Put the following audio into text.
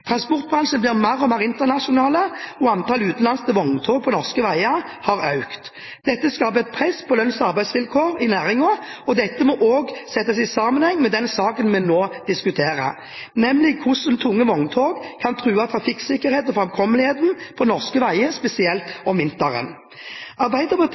Transportbransjen blir mer og mer internasjonal, og antallet utenlandske vogntog på norske veier har økt. Dette skaper et press på lønns- og arbeidsvilkår i næringen. Dette må også ses i sammenheng med den saken vi diskuterer nå, nemlig hvordan tunge vogntog kan true trafikksikkerheten og framkommeligheten på norske veier, spesielt om vinteren. Arbeiderpartiet